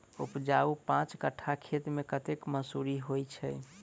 उपजाउ पांच कट्ठा खेत मे कतेक मसूरी होइ छै?